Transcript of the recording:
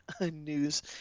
news